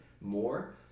more